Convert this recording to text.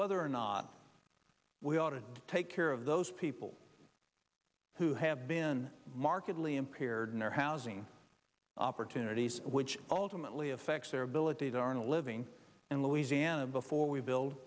whether or not we ought to take care of those people who have been markedly impaired in their housing opportunities which ultimately affects their ability to earn a living and louisiana before we build